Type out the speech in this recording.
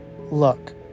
Look